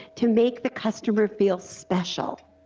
to make the customer feel special?